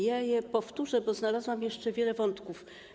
Ja je powtórzę, bo znalazłam jeszcze wiele wątków.